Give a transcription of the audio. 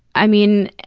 i mean,